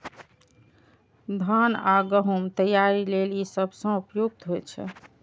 धान आ गहूम तैयारी लेल ई सबसं उपयुक्त होइ छै